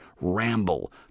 ramble